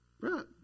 Right